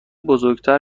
بزرگتر